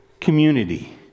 community